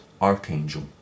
Archangel